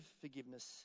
forgiveness